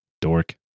Dork